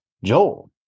Joel